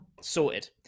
sorted